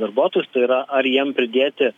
darbuotojus tai yra ar jiem pridėti